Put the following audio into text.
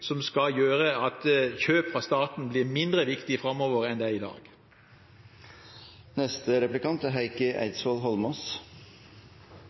som skal gjøre at kjøp fra staten blir mindre viktig framover enn det det er i dag.